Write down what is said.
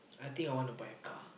I think I wanna buy a car